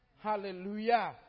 Hallelujah